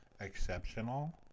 exceptional